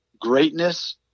Greatness